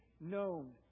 known